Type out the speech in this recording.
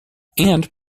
and